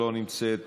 לא נמצאת,